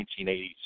1980s